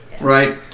Right